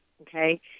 Okay